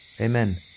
Amen